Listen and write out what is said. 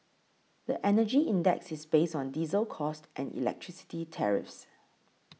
the Energy Index is based on diesel costs and electricity tariffs